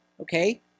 okay